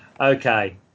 Okay